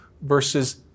versus